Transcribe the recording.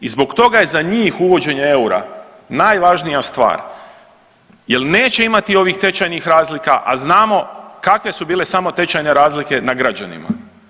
I zbog toga je za njih uvođenje eura najvažnija stvar jer neće imati ovih tečajnih razlika, a znamo kakve su bile samo tečajne razlike na građanima.